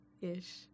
ish